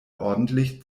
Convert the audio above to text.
ordentlich